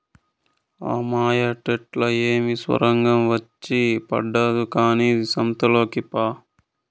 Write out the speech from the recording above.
ఆ మాయేట్లా ఏమి సొరంగం వచ్చి పడదు కానీ సంతలోకి పా